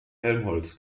helmholtz